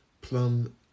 Plum